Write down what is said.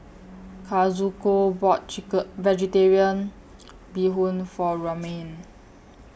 Kazuko bought Vegetarian Bee Hoon For Romaine